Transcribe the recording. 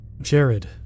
Jared